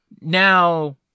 Now